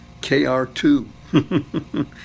KR2